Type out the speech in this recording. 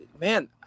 man